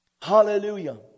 Hallelujah